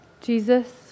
Jesus